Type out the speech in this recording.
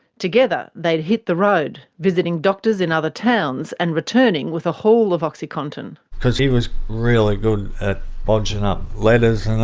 together, they'd hit the road, visiting doctors in other towns, and returning with a haul of oxycontin. because he was really good at bodging up letters and that.